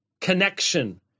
connection